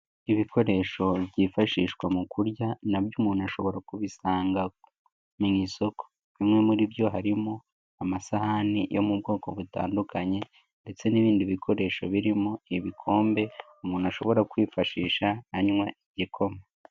Ibikoresho byifashishwa mu kurya nabyo umuntu ashobora kubisanga mu isoko, bimwe muri byo harimo amasahani yo mu bwoko butandukanye, ndetse n'ibindi bikoresho birimo ibikombe, umuntu ashobora kwifashisha anywa igikoma.